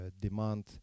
demand